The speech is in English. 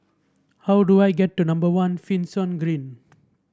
how do I get to number One Finlayson Green